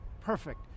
perfect